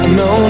no